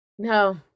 No